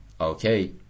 okay